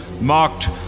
marked